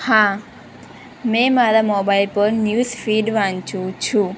હા મેં મારા મોબાઈલ પર ન્યૂઝ ફીડ વાંચું છું